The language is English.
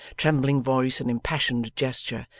trembling voice, and impassioned gesture,